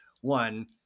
one